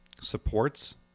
supports